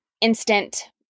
instant